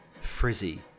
frizzy